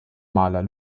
maler